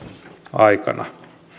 aikana